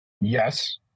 Yes